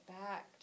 back